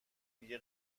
دیگه